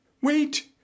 wait